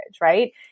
right